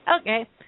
Okay